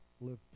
live